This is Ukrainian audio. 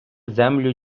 землю